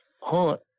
hunt